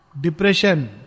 depression